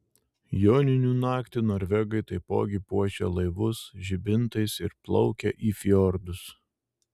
joninių naktį norvegai taipogi puošia laivus žibintais ir plaukia į fjordus